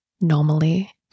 normally